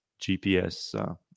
GPS